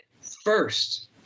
first